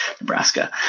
Nebraska